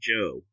Joe